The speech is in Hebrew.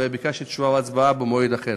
ביקשתי תשובה והצבעה במועד אחר.